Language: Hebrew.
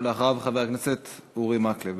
אחריו, חבר הכנסת אורי מקלב.